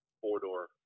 four-door